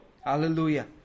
Hallelujah